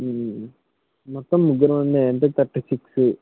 మొత్తం ముగ్గురం అండి అంటే థర్టీ సిక్స్